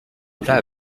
plat